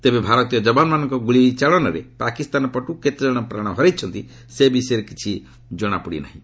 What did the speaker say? ତେବେ ଭାରତୀୟ ଯବାନମାନଙ୍କ ଗୁଳିଚାଳନାରେ ପାକିସ୍ତାନ ପଟୁ କେତେଜଣ ପ୍ରାଣ ହରାଇଛନ୍ତି ସେ ବିଷୟରେ କିଛି ଜଣାପଡ଼ି ନାହିଁ